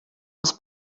els